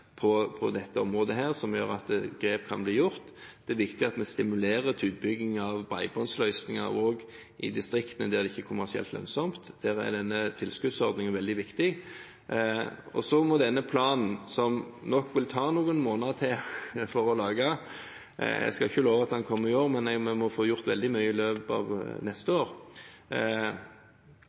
på dette området som gjør at grep kan bli tatt. Det er viktig at vi stimulerer til utbygging av bredbåndsløsninger også i distriktene, der det ikke er kommersielt lønnsomt. Der er denne tilskuddsordningen veldig viktig. Så må vi i denne planen – som det nok vil ta noen måneder til å lage, jeg skal ikke love at den kommer i år, men vi får gjort veldig mye i løpet av neste år